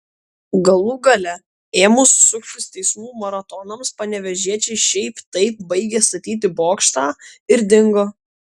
galų gale ėmus suktis teismų maratonams panevėžiečiai šiaip taip baigė statyti bokštą ir dingo